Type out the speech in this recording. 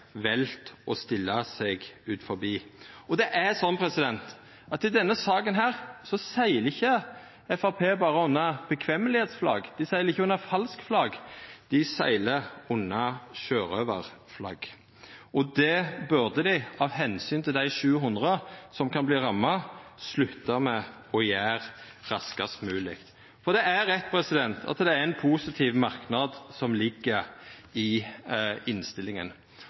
valt å stilla seg utanfor. I denne saka seglar ikkje Framstegspartiet berre under fordelsflagg eller falskt flagg, dei seglar under sjørøvarflagg. Det burda dei, av omsyn til dei 700 som kan verta ramma, slutta med å gjera raskast mogeleg. Det er rett at det ligg ein positiv merknad i innstillinga.